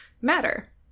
matter